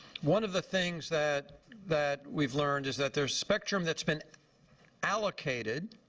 one of the things that that we've learned is that there's spectrum that's been allocated.